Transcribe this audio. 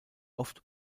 oft